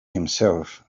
himself